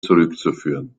zurückzuführen